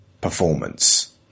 performance